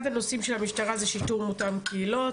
הנושאים של המשטרה זה שיטור מותאם קהילות,